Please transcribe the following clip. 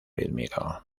rítmico